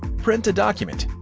print a document.